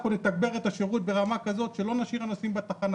אנחנו נתגבר את השירות ברמה כזאת שלא נשאיר נוסעים בתחנה.